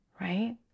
right